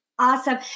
Awesome